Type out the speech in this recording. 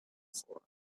for